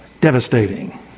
devastating